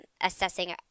assessing